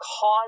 cause